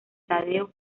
taddeo